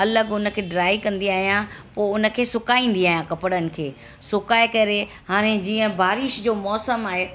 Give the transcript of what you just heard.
अलॻि उन खे ड्राइ कंदी आहियां पोइ उन खे सुकाईंदी आहियां कपड़नि खे सुकाए करे हाणे जीअं बारिश जो मौसम आहे